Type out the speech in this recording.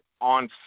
on